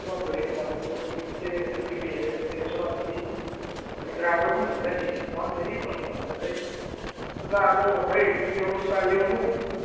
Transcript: फोनमा भुलिनु भन्दा त बरु टिभीतिर यसो टिभी हेर्यो भने त यसो अलि अलि अलिक राम्रो हुन्छ नि फोन हेरिबस्नु भन्दा चाहिँ अन्त अब खोइ ल्याउनु त ल्याउनु